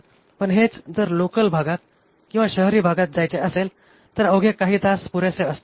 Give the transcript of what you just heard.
पण तेच जर लोकल भागात किंवा शहरी भागात जायचे असेल तर अवघे काही तास पुरेसे असतात